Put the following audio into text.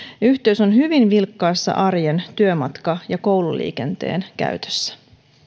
yhteys on hyvin vilkkaassa arjen työmatka ja koululiikenteen käytössä